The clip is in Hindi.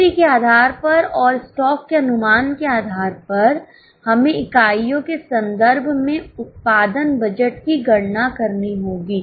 बिक्री के आधार पर और स्टॉक के अनुमान के आधार पर हमें इकाइयों के संदर्भ में उत्पादन बजट की गणना करनी होगी